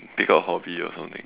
pick up hobby or something